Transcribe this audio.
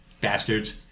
bastards